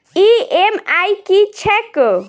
EMI की छैक?